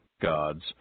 gods